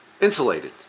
insulated